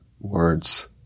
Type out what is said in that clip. words